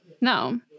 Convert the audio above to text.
No